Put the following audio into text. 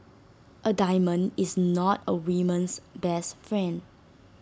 A diamond is not A woman's best friend